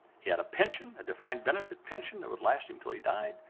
he had a pension, a defined benefit pension that would last him until he died.